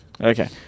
Okay